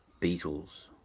Beatles